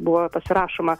buvo pasirašoma